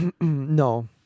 No